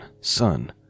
son